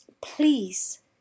please